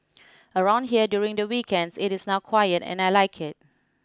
around here during the weekends it is now quiet and I like it